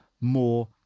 more